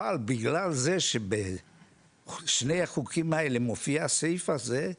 אבל בגלל שבשני החוקים האלה מופיע הסעיף הזה,